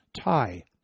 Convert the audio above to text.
tie